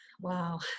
Wow